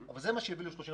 אבל זה יביא ל-30%.